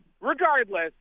regardless